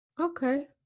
Okay